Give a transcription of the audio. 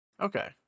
Okay